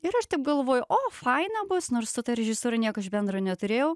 ir aš taip galvoju o faina bus nors su ta režisūra nieko aš bendro neturėjau